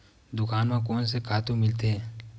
दुकान म कोन से खातु मिलथे?